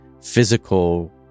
physical